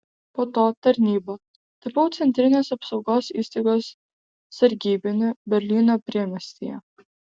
po to tarnyba tapau centrinės apsaugos įstaigos sargybiniu berlyno priemiestyje